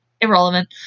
irrelevant